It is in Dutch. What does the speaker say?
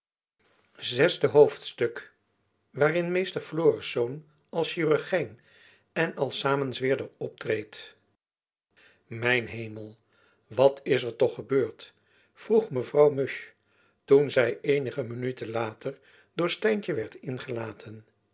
zesde hoofdstuk waarin mr florisz als chirurgijn en als samenzweerder optreedt mijn hemel wat is er toch gebeurd vroeg mevrouw musch toen zy eenige minuten later door stijntjen werd ingelaten